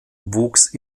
wuchs